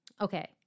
Okay